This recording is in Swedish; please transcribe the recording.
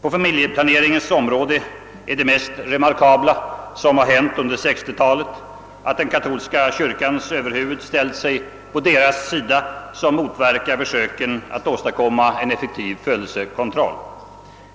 På familjeplaneringens område är det mest remarkabla under 1960-talet att den katolska kyrkans överhuvud ställt sig på deras sida som motverkar försöken att åstadkomma en effektiv födelsekontroll